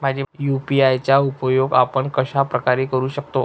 UPI चा उपयोग आपण कशाप्रकारे करु शकतो?